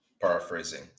paraphrasing